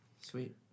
Sweet